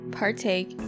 partake